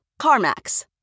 CarMax